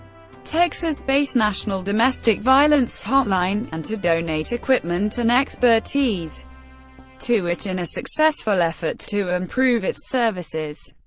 texas-based national domestic violence hotline, and to donate equipment and expertise to it in a successful effort to improve its services.